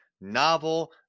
novel